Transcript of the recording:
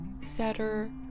setter